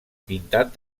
pintat